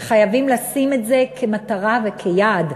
וחייבים לשים את זה כמטרה וכיעד,